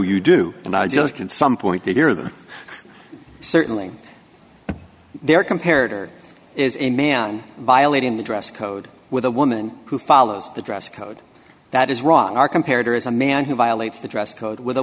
you do and i'm just in some point here that certainly there compared or is a man violating the dress code with a woman who follows the dress code that is wrong are compared or is a man who violates the dress code with a